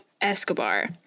Escobar